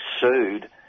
sued